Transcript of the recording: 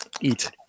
eat